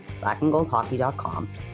blackandgoldhockey.com